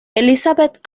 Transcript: elisabeth